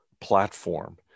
platform